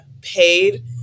paid